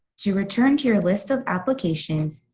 to return to your list of applications,